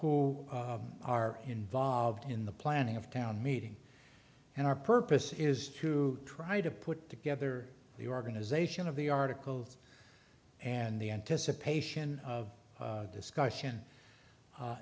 who are involved in the planning of town meeting and our purpose is to try to put together the organization of the articles and the anticipation of discussion